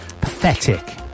Pathetic